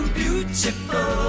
beautiful